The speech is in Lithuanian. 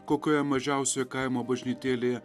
kokioje mažiausioje kaimo bažnytėlėje